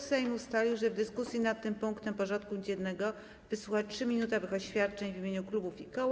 Sejm ustalił, że w dyskusji nad tym punktem porządku dziennego wysłucha 3-minutowych oświadczeń w imieniu klubów i koła.